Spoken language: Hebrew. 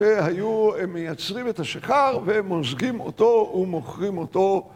שהיו מייצרים את השכר ומוזגים אותו ומוכרים אותו